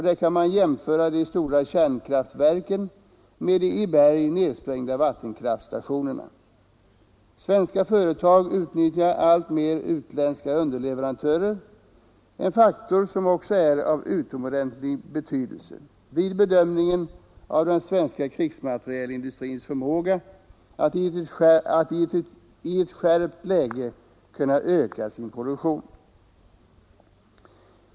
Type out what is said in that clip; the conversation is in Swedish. Där kan man jämföra de stora kärnkraftverken med de i berg nedsprängda vattenkraftstationerna. Svenska företag utnyttjar alltmer utländska underleverantörer — en faktor som också är av utomordentlig betydelse vid bedömningen av den svenska krigsmaterielindustrins förmåga att i ett skärpt läge kunna öka sin produktion.